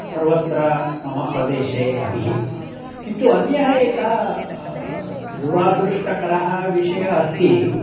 सर्वत्र मम प्रदेशे अपि किन्तु अन्यः एकः दुरादृष्टकरः विषयः अस्ति